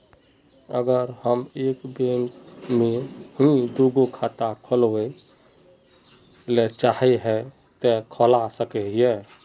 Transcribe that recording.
अगर हम एक बैंक में ही दुगो खाता खोलबे ले चाहे है ते खोला सके हिये?